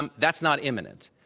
and that's not imminent.